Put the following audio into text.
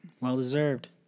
Well-deserved